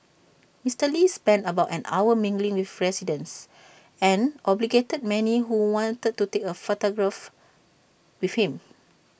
Mister lee spent about an hour mingling with residents and obliged many who wanted to take A photograph with him